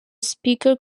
speaker